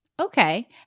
Okay